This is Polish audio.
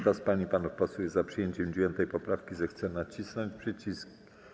Kto z pań i panów posłów jest za przyjęciem 9. poprawki, zechce nacisnąć przycisk.